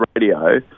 radio